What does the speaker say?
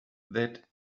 that